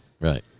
right